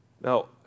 Now